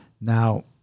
Now